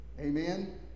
Amen